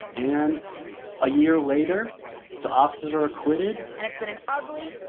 and a year later the officers are acquitted. and it's been an ugly,